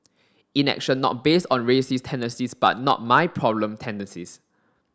inaction not based on racist tendencies but not my problem tendencies